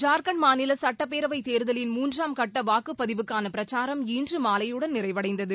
ஜார்கண்ட் மாநில சட்டப்பேரவை தேர்தலின் மூன்றாம் கட்ட வாக்குப்பதிவுக்கான பிரச்சாரம் இன்று மாலையுடன் நிறைவடைந்தது